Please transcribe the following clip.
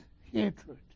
hatred